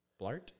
Blart